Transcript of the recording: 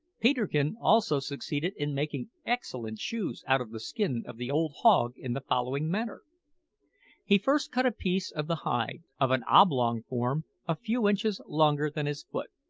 peterkin also succeeded in making excellent shoes out of the skin of the old hog in the following manner he first cut a piece of the hide, of an oblong form, a few inches longer than his foot.